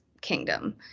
kingdom